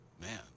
Man